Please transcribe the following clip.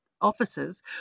Officers